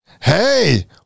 hey